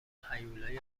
هیولای